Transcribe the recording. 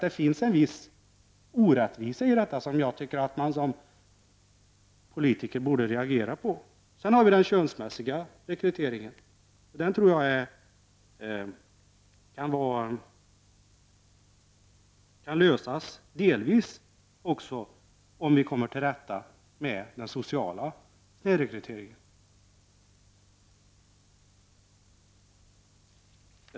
Det finns en viss orättvisa i detta som jag tycker att man som politiker borde reagera på. Därtill har vi den könsmässiga snedrekryteringen. Jag tror att man delvis kan lösa också det problemet om man kommer till rätta med den sociala snedrekryteringen.